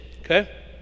okay